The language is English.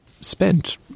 Spent